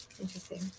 Interesting